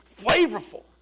flavorful